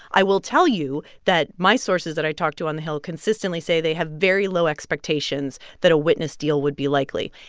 i will tell you that my sources that i talk to on the hill consistently say they have very low expectations that a witness deal would be likely.